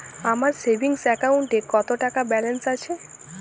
আমার সেভিংস অ্যাকাউন্টে কত টাকা ব্যালেন্স আছে?